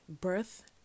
birth